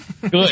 Good